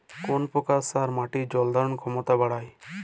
কোন প্রকার সার মাটির জল ধারণ ক্ষমতা বাড়ায়?